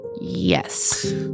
Yes